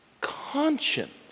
conscience